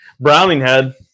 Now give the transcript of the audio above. Browninghead